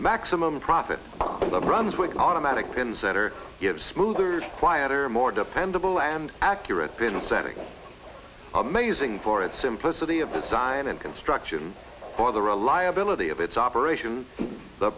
maximum profit brunswick automatic pins that are give smoother quieter more dependable and accurate been setting amazing for its simplicity of the silent construction for the reliability of its operation the